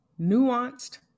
nuanced